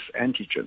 antigen